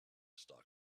stock